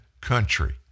country